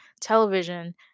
television